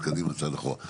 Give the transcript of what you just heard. צעד קדימה, צעד אחורה.